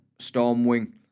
stormwing